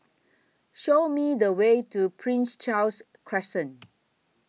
Show Me The Way to Prince Charles Crescent